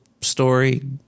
story